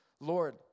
Lord